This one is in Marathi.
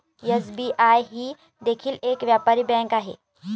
एस.बी.आई ही देखील एक व्यापारी बँक आहे